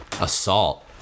assault